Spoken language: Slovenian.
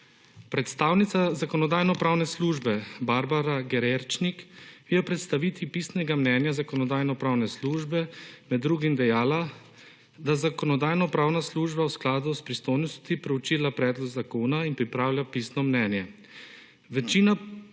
Predstavnica Zakonodajno-pravne službe Barbara Gererčnik je v predstavitvi pisnega mnenja Zakonodajno-pravne službe med drugim dejala, da Zakonodajno-pravna služba v skladu s pristojnostmi preučila predlog zakona in pripravila pisno mnenje.